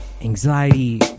anxiety